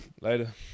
later